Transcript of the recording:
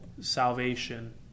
salvation